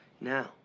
now